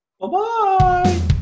Bye-bye